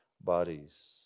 bodies